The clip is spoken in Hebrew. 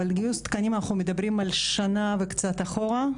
אבל גיוס תקנים אנחנו מדברים על שנה וקצת אחורה,